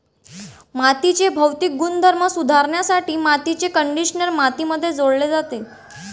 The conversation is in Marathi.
मातीचे भौतिक गुणधर्म सुधारण्यासाठी मातीचे कंडिशनर मातीमध्ये जोडले जाते